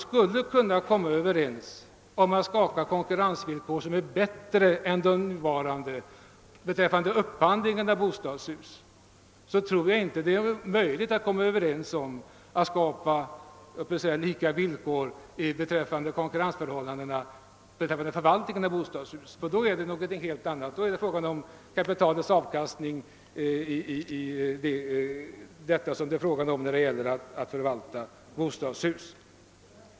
Skulle vi kunna komma överens om att skapa konkurrensvillkor som är bättre än de nuvarande beträffande upphandlingen av bostadshus, tror jag inte det är möjligt att komma överens om att åstadkomma lika villkor då det gäller konkurrensförhållandena vid förvaltning av bostadshus ty härvidlag rör det sig om skilda målsättningar.